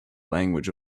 language